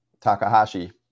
Takahashi